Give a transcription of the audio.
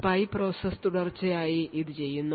spy process തുടർച്ചയായി ഇത് ചെയ്യുന്നു